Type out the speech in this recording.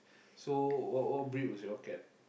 so what what breed was your cat